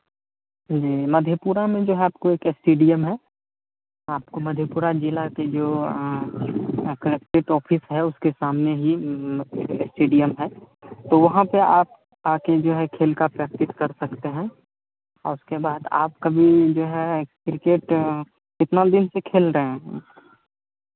जी मधेपुरा में जो है आपको एक स्टेडियम है आपको मधेपुरा जिला के जो कलेक्ट्रेट ऑफिस है उसके सामने ही स्टेडियम है तो वहाँ पर आप आकर जो है खेल का प्रैक्टिस कर सकते हैं और उसके बाद आपका भी जो है क्रिकेट कितना दिन से खेल रहे हैं